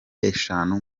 eshanu